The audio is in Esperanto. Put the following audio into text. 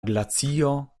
glacio